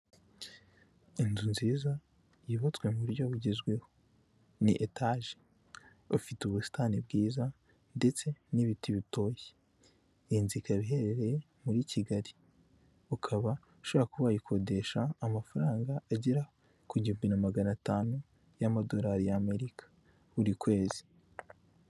Inzu nziza, yubatswe mu buryo bugezweho, ni etaje, bafite ubusitani bwiza ndetse n'ibiti bitoshye, iyi nzu ikaba iherereye muri Kigali, ukaba ushobora kuba wayikodesha amafaranga agera ku gihumbi magana atanu y'amadorari y'Amerika, buri kwezi.